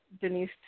Denise